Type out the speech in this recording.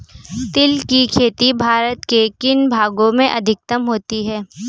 तिल की खेती भारत के किन भागों में अधिकतम होती है?